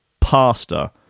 pastor